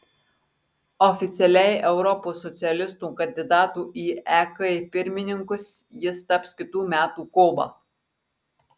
oficialiai europos socialistų kandidatu į ek pirmininkus jis taps kitų metų kovą